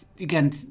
again